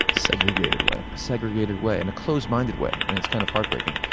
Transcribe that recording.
segregated way? segregated way in a close-minded way and it's kind of heartbreaking.